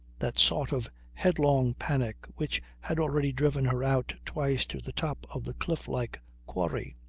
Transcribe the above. that sort of headlong panic which had already driven her out twice to the top of the cliff-like quarry.